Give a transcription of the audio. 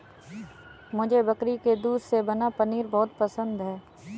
मुझे बकरी के दूध से बना हुआ पनीर बहुत पसंद है